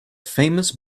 famous